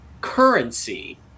currency